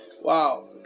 Wow